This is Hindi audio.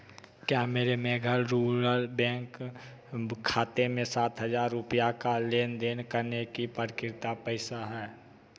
क्या मेरे मेघालय रूरल बैंक खाते में सात हज़ार रुपया का लेन देन करने के लिए पार कितना पैसा है